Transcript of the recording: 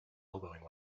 elbowing